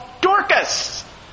Dorcas